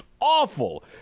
awful